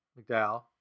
McDowell